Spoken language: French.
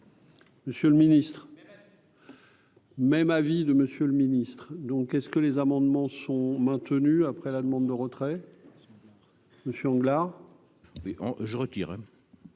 Monsieur le Ministre, même avis de monsieur le ministre. Donc est-ce que les amendements sont maintenues après la demande de retrait. Dans son. Monsieur. Mais je retire.